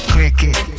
Cricket